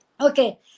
okay